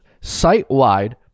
site-wide